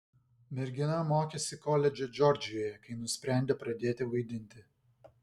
mergina mokėsi koledže džordžijoje kai nusprendė pradėti vaidinti